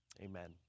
Amen